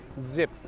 zip